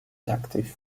active